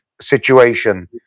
situation